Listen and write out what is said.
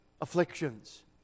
afflictions